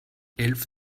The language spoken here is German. elf